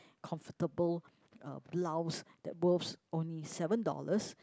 comfortable uh blouse that worths only seven dollars